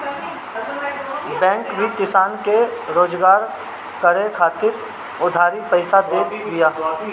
bank भी किसान के रोजगार करे खातिर उधारी पईसा देत बिया